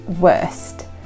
worst